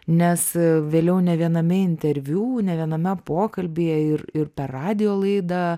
nes vėliau ne viename interviu ne viename pokalbyje ir ir per radijo laidą